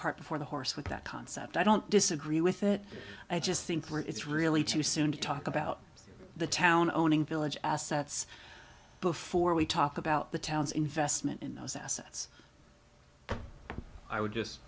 before the horse with that concept i don't disagree with it i just think it's really too soon to talk about the town owning village assets before we talk about the town's investment in those assets i would just